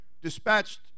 dispatched